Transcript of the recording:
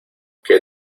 qué